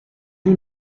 you